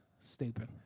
Stupid